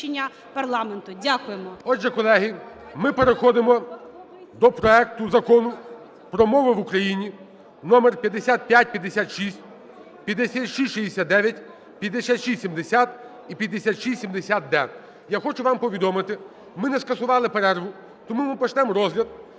Отже, колеги, ми переходимо до проекту Закону про мови в Україні № 5556, 5669, 5670 і 5670-д. Я хочу вам повідомити, ми не скасували перерву. Тому ми почнемо розгляд.